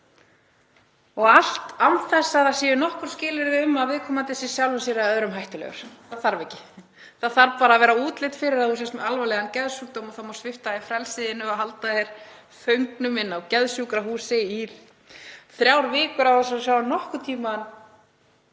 og allt án þess að það séu nokkur skilyrði um að viðkomandi sé sjálfum sér eða öðrum hættulegur. Það þarf ekki. Það þarf bara að vera útlit fyrir að þú sért með alvarlegan geðsjúkdóm og þá má svipta þig frelsi þínu og halda þér föngnum inn á geðsjúkrahúsi í þrjár vikur án þess að þú sjáir nokkurn tímann